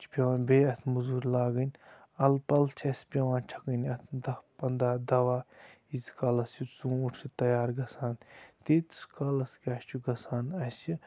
چھِ پٮ۪وان بیٚیہِ اَتھ مٔزوٗرۍ لاگٕنۍ اَلہٕ پَلہٕ چھِ اَسہِ پٮ۪وان چھَکٕنۍ اَتھ دَہ پَنٛدہ دوا ییٖتِس کالَس یہِ ژوٗنٛٹھ چھُ تیار گژھان تیٖتِس کالَس کیٛاہ چھُ گژھان اَسہِ